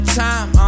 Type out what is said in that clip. time